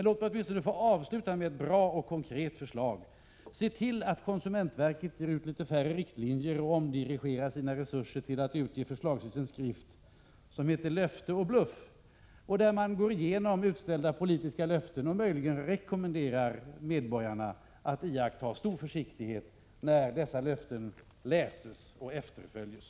Låt mig få avsluta med ett bra och konkret förslag: Se till att konsumentverket ger ut litet färre riktlinjer och omdirigerar sina resurser till att utge förslagsvis en skrift som heter Löfte och bluff, där man går igenom utställda politiska löften och möjligen rekommenderar medborgarna att iaktta stor försiktighet när dessa löften läses och efterföljes.